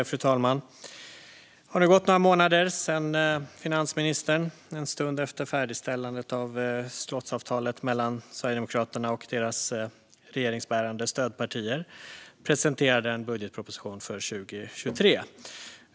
Fru talman! Det har gått någon månad sedan finansministern, en stund efter färdigställandet av slottsavtalet mellan Sverigedemokraterna och deras regeringsbärande stödpartier, presenterade en budgetproposition för 2023.